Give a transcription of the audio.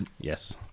Yes